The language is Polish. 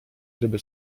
gdyby